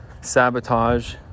Sabotage